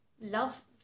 love